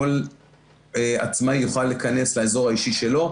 כל עצמאי יוכל להיכנס לאזור האישי שלו,